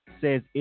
says